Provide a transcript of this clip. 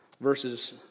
verses